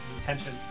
attention